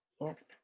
Yes